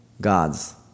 gods